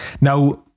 Now